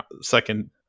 second